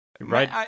Right